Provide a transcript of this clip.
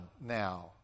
now